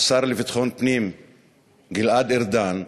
השר לביטחון פנים גלעד ארדן,